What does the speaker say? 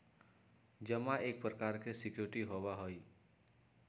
जमा एक प्रकार के सिक्योरिटी होबा हई